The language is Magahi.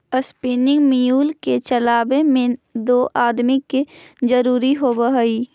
स्पीनिंग म्यूल के चलावे में दो आदमी के जरुरी होवऽ हई